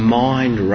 mind